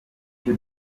icyo